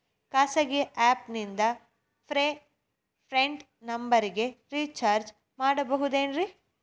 ಖಾಸಗಿ ಆ್ಯಪ್ ನಿಂದ prepaid ನಂಬರಿಗ ರೇಚಾರ್ಜ್ ಮಾಡಬಹುದೇನ್ರಿ?